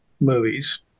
movies